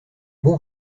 bons